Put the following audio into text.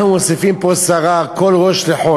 על מה אנחנו מוסיפים פה סרה, כל ראש לחולי?